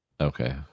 Okay